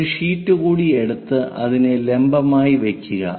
ഒരു ഷീറ്റ് കൂടി എടുത്ത് അതിനെ ലംബമായി വെക്കുക